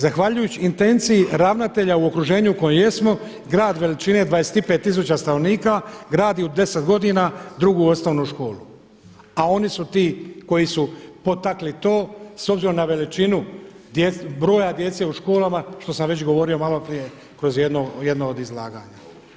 Zahvaljujući intenciji ravnatelja u okruženju u kojem jesmo grad veličine 25 tisuća stanovnika gradi u 10 godina drugu osnovnu školu, a oni su ti koji su potakli to s obzirom na veličinu broja djece u školama što sam već govorio malo prije kroz jedno od izlaganja.